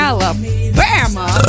Alabama